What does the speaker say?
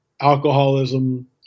alcoholism